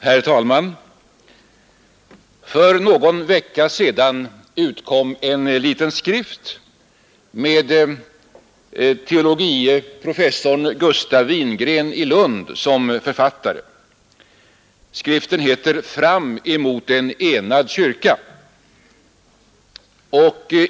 Herr talman! För någon vecka sedan utkom en liten skrift med professorn i teologi Gustaf Wingren i Lund som författare. Skriften heter Fram emot en enad kyrka.